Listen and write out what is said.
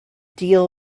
deal